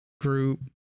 group